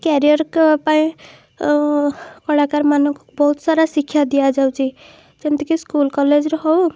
career ପାଇଁ କଳାକାରମାନଙ୍କୁ ବହୁତ ସାରା ଶିକ୍ଷା ଦିଆଯାଉଛି ଯେମିତିକି ସ୍କୁଲ୍ କଲେଜରେ ହେଉ